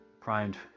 primed